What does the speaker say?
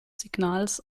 signals